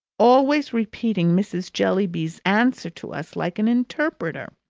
always repeating mrs. jellyby's answer to us like an interpreter.